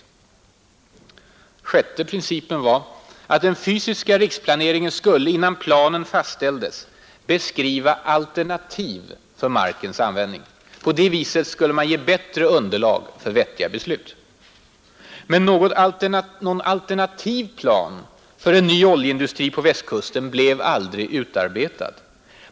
6) Den sjätte principen var att den fysiska riksplaneringen, innan planen fastställdes, skulle beskriva alternativ för markens användning. På det viset skulle man ge bättre underlag för vettiga beslut. Men någon alternativ plan för ny oljeindustri på Västkusten blev aldrig utarbetad.